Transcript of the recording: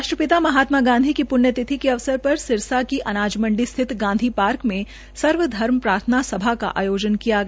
राष्ट्रपिता महात्मा गांधी की पुण्यतिथि के अवसर पर सिरसा की अनाज मंडी मंडी स्थित गांधी पार्क सर्व धर्म प्रार्थना सभा का आयोजन किा गया